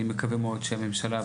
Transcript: אני מקווה מאוד שהממשלה,